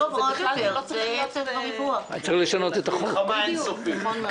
זו מלחמה אין-סופית.